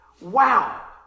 wow